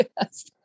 Yes